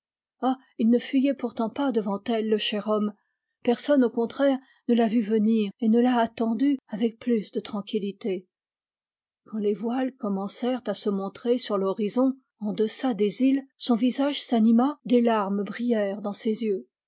ah il ne fuyait pourtant pas devant elle le cher homme personne au contraire ne l'a vue venir et ne l'a attendue avec plus de tranquillité quand les voiles commencèrent à se montrer sur l'horizon en deçà des îles son visage s'anima des larmes brillèrent dans ses yeux